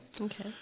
Okay